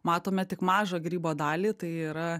matome tik mažą grybo dalį tai yra